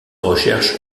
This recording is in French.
recherches